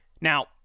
Now